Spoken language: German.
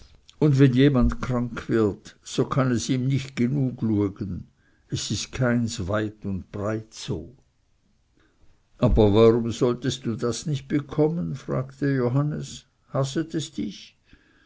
und wenn jemand krank wird so kann es ihm nicht gut genug luegen es ist keins weit und breit so aber warum solltest du das nicht bekommen fragte johannes hasset es dich